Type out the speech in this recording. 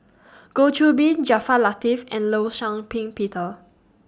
Goh Qiu Bin Jaafar Latiff and law Shau Ping Peter